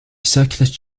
secular